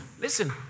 Listen